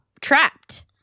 trapped